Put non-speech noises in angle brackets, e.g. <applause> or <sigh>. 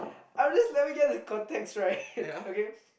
I'm just let me get the context right <laughs> okay